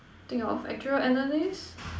think of actuarial analyst